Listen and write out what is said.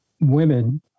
women